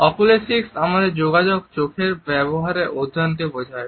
oculesics আমাদের যোগাযোগে চোখের ব্যবহারের অধ্যায়নকে বোঝায়